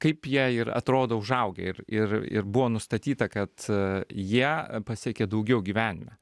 kaip jie ir atrodo užaugę ir ir ir buvo nustatyta kad a jie pasiekė daugiau gyvenime